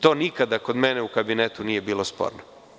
To nikada kod mene u kabinetu nije bilo sporno.